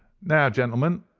now, gentlemen,